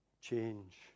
change